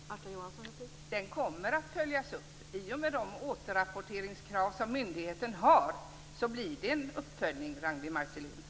Fru talman! Det kommer att följas upp. I och med de återrapporteringskrav som myndigheten har blir det en uppföljning, Ragnwi Marcelind.